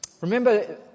Remember